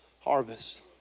harvest